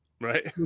Right